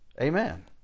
Amen